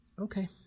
Okay